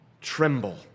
tremble